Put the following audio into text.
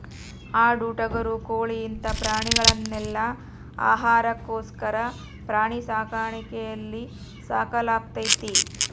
ಆಡು ಟಗರು ಕೋಳಿ ಇಂತ ಪ್ರಾಣಿಗಳನೆಲ್ಲ ಆಹಾರಕ್ಕೋಸ್ಕರ ಪ್ರಾಣಿ ಸಾಕಾಣಿಕೆಯಲ್ಲಿ ಸಾಕಲಾಗ್ತೇತಿ